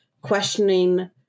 questioning